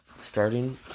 starting